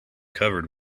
covered